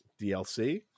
DLC